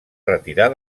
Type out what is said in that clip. retirar